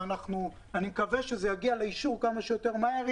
אני מקווה שזה יגיע לאישור כמה שיותר מהר,